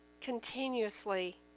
continuously